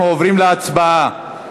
אנחנו עוברים להצבעה על